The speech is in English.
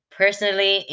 personally